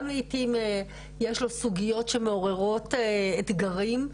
לעיתים יש לו סוגיות שמעוררות אתגרים,